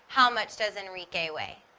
how much does enrique weigh?